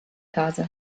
casa